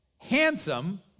handsome